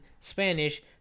Spanish